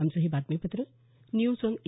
आमचं हे बातमीपत्र न्यूज ऑन ए